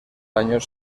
años